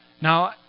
Now